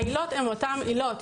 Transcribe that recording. העילות הן אותן עילות.